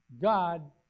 God